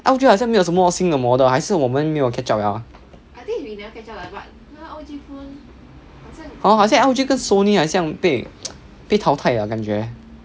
L_G 好像没有什么新的 model 还是我们没有 catch up 了 hor 好想 L_G 跟 Sony 很像被 被淘汰了感觉